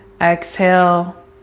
Exhale